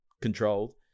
controlled